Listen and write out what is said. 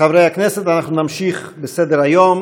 חברי הכנסת, אנחנו נמשיך בסדר-היום.